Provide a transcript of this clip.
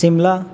Shimla